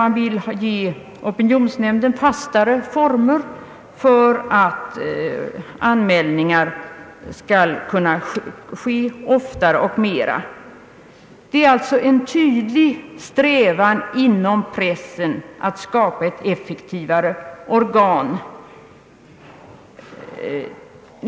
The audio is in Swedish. Man vill ge opinionsnämnden fastare former, så att den oftare och i större utsträckning kan behandla inkomna anmälningar. Det finns alltså tydliga strävanden att skapa ett bevakande organ med större effektivitet.